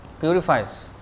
purifies